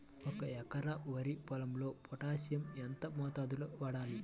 ఒక ఎకరా వరి పొలంలో పోటాషియం ఎంత మోతాదులో వాడాలి?